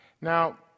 Now